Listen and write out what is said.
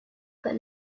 but